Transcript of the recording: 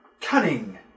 cunning